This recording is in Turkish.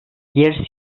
bir